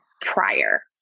prior